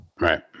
Right